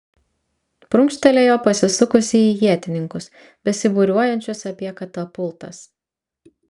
prunkštelėjo pasisukusi į ietininkus besibūriuojančius apie katapultas